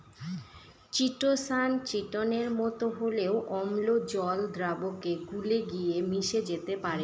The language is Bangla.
চিটোসান চিটোনের মতো হলেও অম্ল জল দ্রাবকে গুলে গিয়ে মিশে যেতে পারে